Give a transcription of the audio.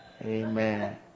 Amen